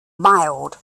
mild